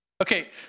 Okay